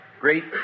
great